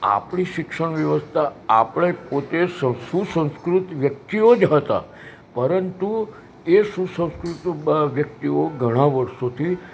આપણી શિક્ષણ વ્યવસ્થા આપણે પોતે સુસંસ્કૃત વ્યક્તિઓ જ હતાં પરંતુ એ સુસંસ્કૃત વ્યક્તિઓ ઘણાં વર્ષોથી